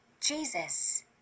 Jesus